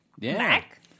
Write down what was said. Mac